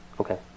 Okay